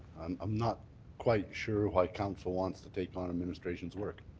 i'm not quite sure why council wants to take on administration's work.